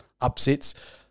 upsets